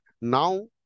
now